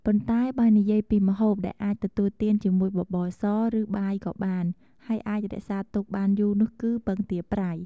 ប៉ុន្តែបើនិយាយពីម្ហូបដែលអាចទទួលទានជាមួយបបរស ឬបាយក៏បាន ហើយអាចរក្សាទុកបានយូរនោះគឺ ពងទាប្រៃ។